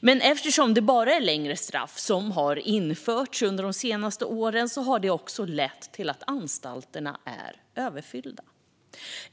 Men eftersom det bara är längre straff som har införts under de senaste åren har följden blivit att anstalterna är överfyllda.